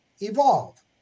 evolve